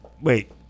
Wait